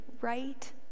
right